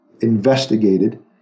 investigated